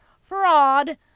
fraud